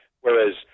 Whereas